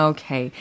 Okay